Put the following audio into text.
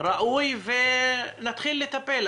ראוי ונתחיל לטפל.